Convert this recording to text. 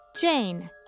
Jane